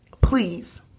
please